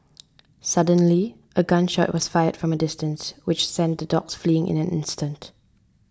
suddenly a gun shot was fired from a distance which sent the dogs fleeing in an instant